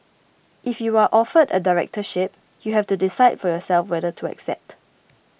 if you are offered a directorship you have to decide for yourself whether to accept